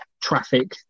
traffic